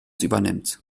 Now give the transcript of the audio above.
übernimmt